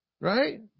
Right